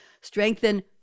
Strengthen